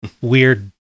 weird